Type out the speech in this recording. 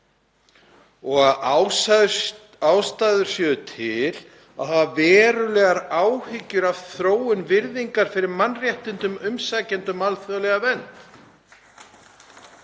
og að ástæða sé til að hafa verulegar áhyggjur af þróun virðingar fyrir mannréttindum umsækjenda um alþjóðlega vernd.